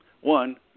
One –